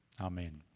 Amen